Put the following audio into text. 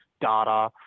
data